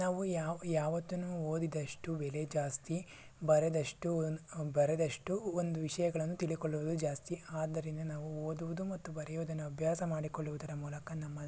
ನಾವು ಯಾವ ಯಾವತ್ತುನೂ ಓದಿದಷ್ಟು ಬೆಲೆ ಜಾಸ್ತಿ ಬರೆದಷ್ಟು ಬರೆದಷ್ಟು ಒಂದು ವಿಷಯಗಳನ್ನು ತಿಳಿದುಕೊಳ್ಳುವುದು ಜಾಸ್ತಿ ಅದ್ದರಿಂದ ನಾವು ಓದುವುದು ಮತ್ತು ಬರೆಯುವುದನ್ನು ಅಭ್ಯಾಸ ಮಾಡಿಕೊಳ್ಳುವುದರ ಮೂಲಕ ನಮ್ಮ